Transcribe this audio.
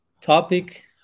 topic